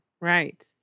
right